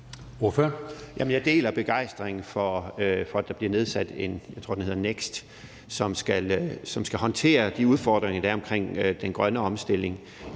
Jeg deler begejstringen for, at der bliver nedsat, jeg tror, den hedder NEKST, som skal håndtere de udfordringer, der er omkring den grønne omstilling.